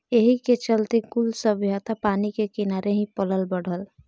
एही के चलते कुल सभ्यता पानी के किनारे ही पलल बढ़ल